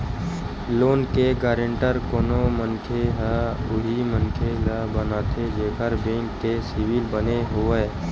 loan के guarantor कोनो मनखे ह उही मनखे ल बनाथे जेखर बेंक के सिविल बने होवय